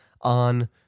on